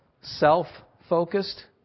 Self-focused